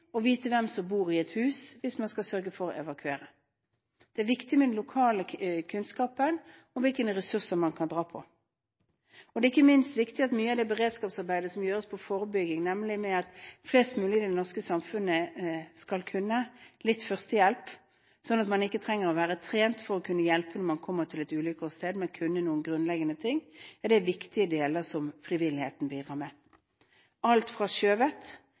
vite hvem som bor i et hus hvis man skal evakuere. Det er viktig med lokal kunnskap om hvilke ressurser man kan trekke på. Det er ikke minst viktig at frivilligheten bidrar til mye av det beredskapsarbeidet som gjøres med forebygging – at flest mulig i det norske samfunnet skal kunne litt førstehjelp, slik at man ikke trenger å være trent for å kunne hjelpe når man kommer til et ulykkessted eller åsted, men kan noen grunnleggende ting. Dette er viktige deler som frivilligheten bidrar med. Alt fra sjøvett